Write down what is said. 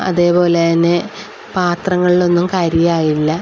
അതേപോലെത്തന്നെ പാത്രങ്ങളിലൊന്നും കരിയായില്ല